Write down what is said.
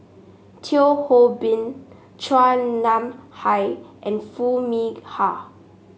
Teo Ho Pin Chua Nam Hai and Foo Mee Har